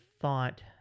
thought